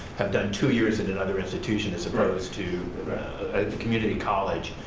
have done two years in another institution as opposed to a community college,